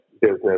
business